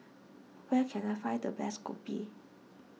where can I find the best Kopi